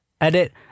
Edit